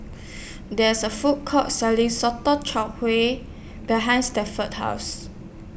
There IS A Food Court Selling Sotong Char Kway behind Stanford's House